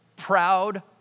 ...proud